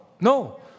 No